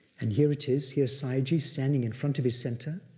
and here it is. here's sayagyi standing in front of his center.